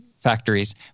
factories